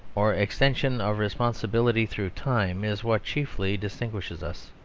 or extension of responsibility through time, is what chiefly distinguishes us,